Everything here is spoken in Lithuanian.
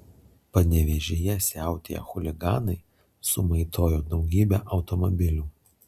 panevėžyje siautėję chuliganai sumaitojo daugybę automobilių